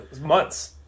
months